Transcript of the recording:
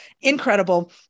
incredible